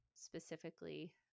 specifically